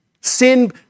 Sin